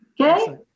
Okay